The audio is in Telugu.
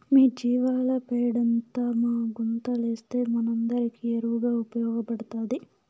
మీ జీవాల పెండంతా మా గుంతలేస్తే మనందరికీ ఎరువుగా ఉపయోగపడతాది